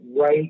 right